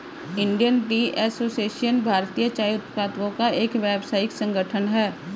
Indian tea association भारतीय चाय उत्पादकों का एक व्यावसायिक संगठन है